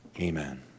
Amen